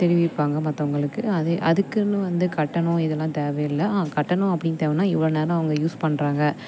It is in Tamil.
தெரிவிப்பாங்க மற்றவங்களுக்கு அதே அதுக்குன்னு வந்து கட்டணம் இதெல்லாம் தேவையில்லை அது கட்டணம் அப்படின்னு தேவைனா இவ்வளோ நேரம் அவங்க யூஸ் பண்ணுறாங்க